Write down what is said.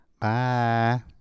Bye